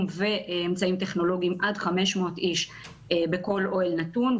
ואמצעים טכנולוגיים עד 500 איש בכל אוהל נתון,